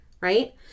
right